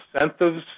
incentives